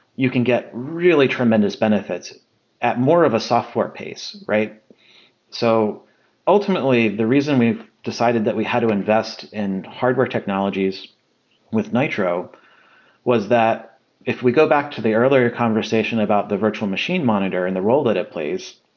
you can get really tremendous benefits at more of a software pace so ultimately, the reason we've decided that we had to invest in hardware technologies with nitro was that if we go back to the earlier conversation about the virtual machine monitor and the role that it plays,